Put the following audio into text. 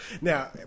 Now